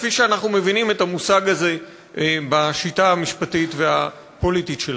כפי שאנחנו מבינים את המושג הזה בשיטה המשפטית והפוליטית שלנו.